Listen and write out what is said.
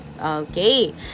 okay